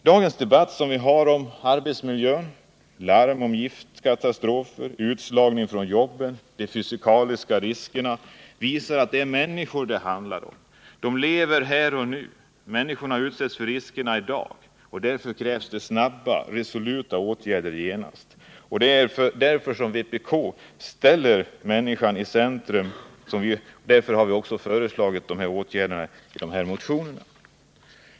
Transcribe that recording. Dagens debatt om arbetsmiljön — larm om giftkatastrofer, utslagningen från jobben, de fysikaliska riskerna — visar att det är människor det handlar om. Människorna lever här och nu, de utsätts för riskerna i dag, och därför krävs det snabba och resoluta åtgärder genast. Vpk ställer människan i centrum, och därför har vi föreslagit dessa åtgärder i våra motioner.